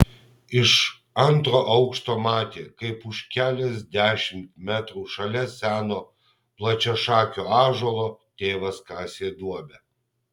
iš antro aukšto matė kaip už keliasdešimt metrų šalia seno plačiašakio ąžuolo tėvas kasė duobę